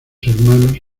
hermanos